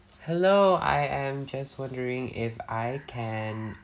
hello I am just wondering if I can